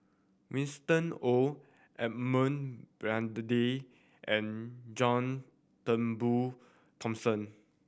Winston Oh Edmund Blundell and John Turnbull Thomson